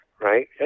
right